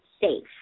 safe